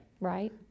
Right